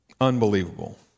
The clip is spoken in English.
Unbelievable